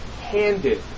handed